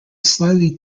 slightly